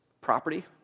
property